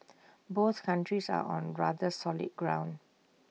both countries are on rather solid ground